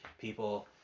people